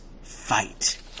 fight